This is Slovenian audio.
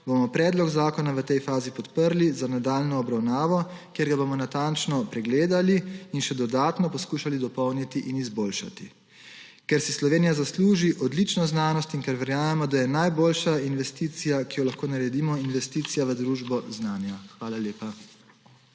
bomo predlog zakona v tej fazi podprli za nadaljnjo obravnavo, kjer ga bomo natančno pregledali in še dodatno poskušali dopolniti in izboljšati, ker si Slovenija zasluži odlično znanost in ker verjamemo, da je najboljša investicija, ki jo lahko naredimo investicija v družbo znanja. Hvala.